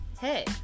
hey